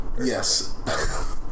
Yes